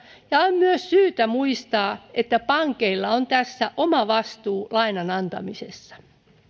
ja on myös syytä muistaa että pankeilla on tässä oma vastuu lainan antamisessa